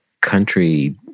country